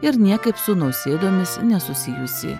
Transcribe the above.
ir niekaip su nausėdomis nesusijusi